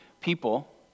people